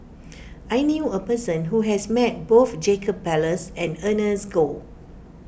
I knew a person who has met both Jacob Ballas and Ernest Goh